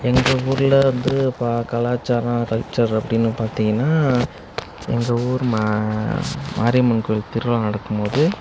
எங்கள் ஊரில் வந்து பா கலாச்சாரம் கல்ச்சர் அப்படின்னு பார்த்தீங்கன்னா எங்கள் ஊர் மா மாரியம்மன் கோயில் திருவிழா நடக்கும் போது